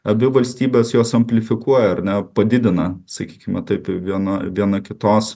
abi valstybės jos amplifikuoja ar ne padidina sakykime taip viena viena kitos